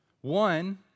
One